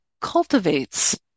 cultivates